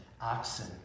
oxen